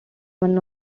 won